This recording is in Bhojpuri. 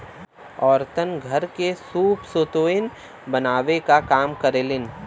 औरतन घर के सूप सुतुई बनावे क काम करेलीन